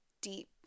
deep